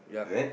is it